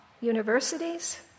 universities